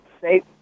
safe